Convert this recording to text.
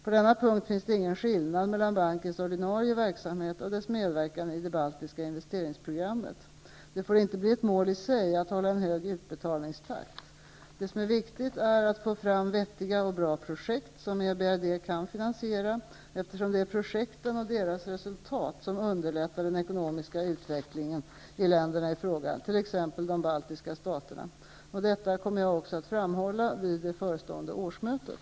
På denna punkt finns det ingen skillnad mellan bankens ordinarie verksamhet och dess medverkan i det baltiska investeringsprogrammet. Det får inte bli ett mål i sig att hålla en hög utbetalningstakt. Det är viktigt att få fram vettiga och bra projekt som EBRD kan finansiera, eftersom det är projekten och deras resultat som underlättar den ekonomiska utvecklingen i länderna i fråga, t.ex. de baltiska staterna. Detta kommer jag också att framhålla vid det förestående årsmötet.